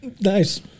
Nice